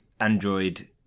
Android